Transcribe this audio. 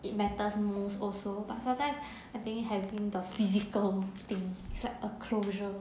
it matters most also but sometimes I think have been the physical thing it's like a closure